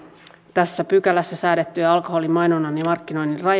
tässä pykälässä säädettyjä alkoholin mainonnan ja markkinoinnin